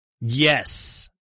Yes